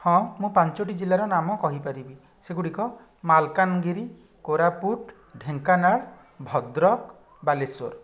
ହଁ ମୁଁ ପାଞ୍ଚୋଟି ଜିଲ୍ଲାର ନାମ କହିପାରିବି ସେଗୁଡ଼ିକ ମାଲକାନଗିରି କୋରାପୁଟ ଢେଙ୍କାନାଳ ଭଦ୍ରକ ବାଲେଶ୍ୱର